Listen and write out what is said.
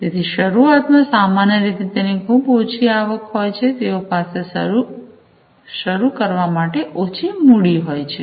તેથી શરૂઆતમાં સામાન્ય રીતે તેની ખૂબ ઓછી આવક હોય છે તેઓ પાસે શરૂ કરવા માટે ઓછી મૂડી હોય છે